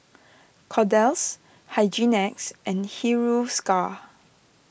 Kordel's Hygin X and Hiruscar